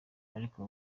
ariko